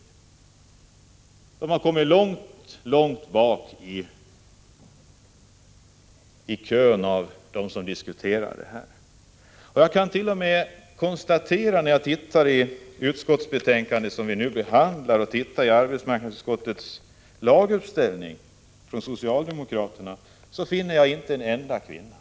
Kvinnorna har hamnat mycket långt bak i kön av dem som diskuterar dessa frågor. När jag i betänkandet tittar på uppställningen av socialdemokratiska ledamöter i arbetsmarknadsutskottet finner jag inte en enda kvinna.